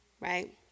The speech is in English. right